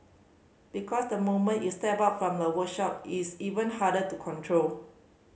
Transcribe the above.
because the moment you step out from the workshop it's even harder to control